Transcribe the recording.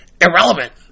irrelevant